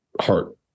heart